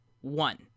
one